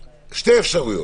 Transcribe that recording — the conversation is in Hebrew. אז אולי מיד אחרי המליאה.